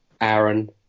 Aaron